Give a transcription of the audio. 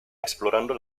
explorando